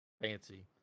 fancy